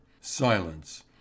silence